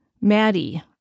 Maddie